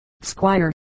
squire